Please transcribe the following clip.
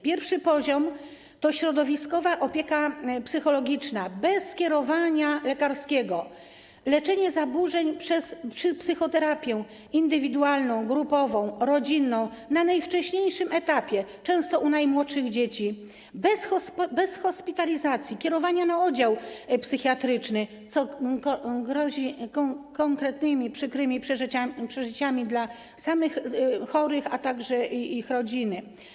Pierwszy poziom to środowiskowa opieka psychologiczna bez skierowania lekarskiego, leczenie zaburzeń przez psychoterapię indywidualną, grupową, rodzinną, na najwcześniejszym etapie, często u najmłodszych dzieci, bez hospitalizacji, kierowania na oddział psychiatryczny, co grozi konkretnymi, przykrymi przeżyciami dla samych chorych, a także ich rodzin.